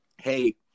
Hey